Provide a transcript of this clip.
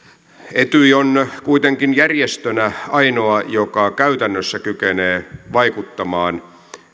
etyj on kuitenkin järjestönä ainoa joka käytännössä kykenee vaikuttamaan